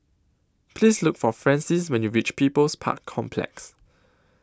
Please Look For Francis when YOU REACH People's Park Complex